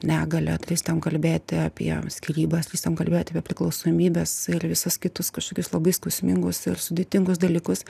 negalią drįstam kalbėti apie skyrybas rįstam kalbėti apie priklausomybes ir visus kitus kažkokius labai skausmingus ir sudėtingus dalykus